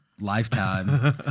lifetime